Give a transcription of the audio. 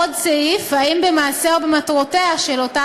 עוד סעיף: האם במעשיה או במטרותיה של אותה